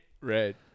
right